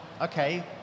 okay